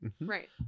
Right